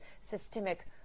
systemic